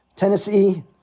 Tennessee